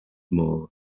more